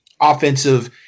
offensive